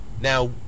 Now